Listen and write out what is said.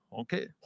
okay